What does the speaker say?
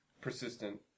persistent